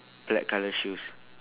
black colour shoes